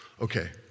Okay